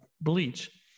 bleach